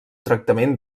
tractament